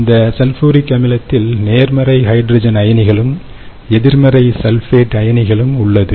இந்த சல்பூரிக் அமிலத்தில் நேர்மறை ஹைட்ரஜன் அயனிகளும் எதிர்மறை சல்பேட் அயனிகளும் உள்ளது